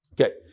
Okay